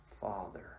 father